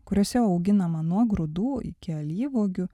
kuriuose auginama nuo grūdų iki alyvuogių